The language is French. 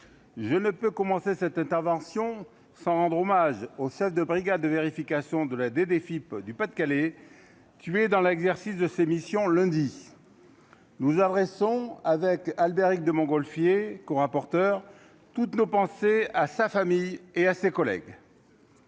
je ne peux commencer cette intervention sans rendre hommage au chef de brigades de vérification de la des défis du Pas-de-Calais tués dans l'exercice de ses missions, lundi, nous adressons avec Albéric de Montgolfier, co-rapporteur toutes nos pensées à sa famille et à ses collègues.